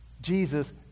Jesus